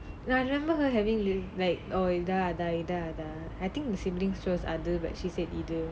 and I remember her having like இத அத இத அத:itha atha itha atha I think it's siblings அது:athu but she say இது:ithu